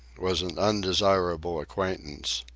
was an undesirable acquaintance.